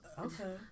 okay